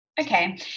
Okay